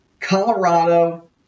colorado